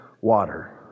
water